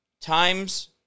times